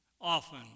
often